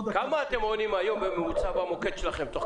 זה לא -- כמה אתם עונים היום בממוצע,